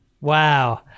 wow